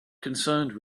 concerned